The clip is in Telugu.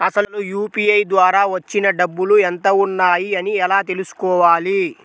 అసలు యూ.పీ.ఐ ద్వార వచ్చిన డబ్బులు ఎంత వున్నాయి అని ఎలా తెలుసుకోవాలి?